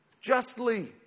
justly